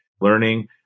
learning